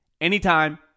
anytime